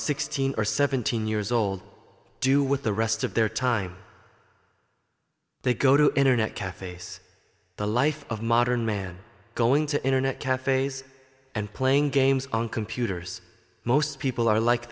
sixteen or seventeen years old do with the rest of their time they go to internet cafes the life of modern man going to internet cafes and playing games on computers most people are like